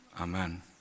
Amen